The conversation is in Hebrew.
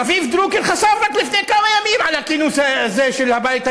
רביב דרוקר חשף רק לפני כמה ימים את הכינוס הזה של הבית היהודי,